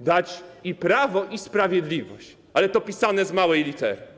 dać i prawo, i sprawiedliwość, ale te pisane małą literą.